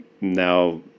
now